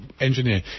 Engineer